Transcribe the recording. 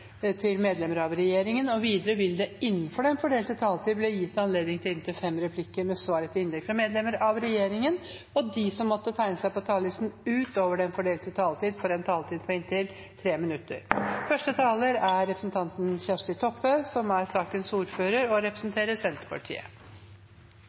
til medlemmer av regjeringen. Videre vil det – innenfor den fordelte taletiden – bli gitt anledning til inntil fem replikker med svar etter innlegg fra medlemmer av regjeringen, og de som måtte tegne seg på talerlisten utover den fordelte taletid, får en taletid på inntil 3 minutter. Takk til Senterpartiet som reiser en viktig debatt om en pasientgruppe som